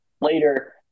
later